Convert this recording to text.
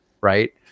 right